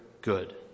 good